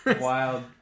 wild